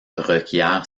requiert